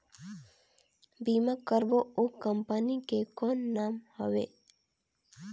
बीमा करबो ओ कंपनी के कौन नाम हवे?